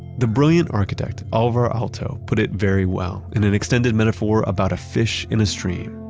the brilliant architect, alvar aalto, put it very well in an extended metaphor about a fish in a stream.